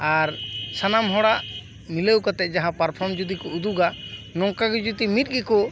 ᱟᱨ ᱥᱟᱱᱟᱢ ᱦᱚᱲᱟᱜ ᱢᱤᱞᱟᱹᱣ ᱠᱟᱛᱮᱫ ᱡᱟᱦᱟᱸ ᱯᱟᱨᱯᱷᱚᱨᱢ ᱡᱩᱫᱤ ᱠᱚ ᱩᱫᱩᱜᱟ ᱱᱚᱝᱠᱟᱜᱮ ᱡᱩᱫᱤ ᱢᱤᱫ ᱜᱮᱠᱚ